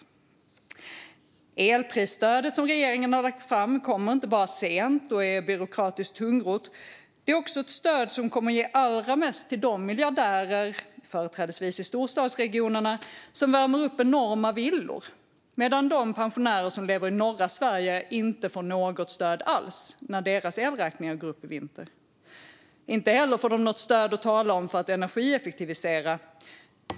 Det elprisstöd som regeringen har lagt fram kommer inte bara sent och är byråkratiskt tungrott - det är också ett stöd som kommer att ge allra mest till de miljardärer, företrädesvis i storstadsregionerna, som värmer upp enorma villor, medan de pensionärer som lever i norra Sverige inte får något stöd alls när deras elräkningar går upp i vinter. Inte heller får de något stöd att tala om för att energieffektivisera.